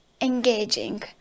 engaging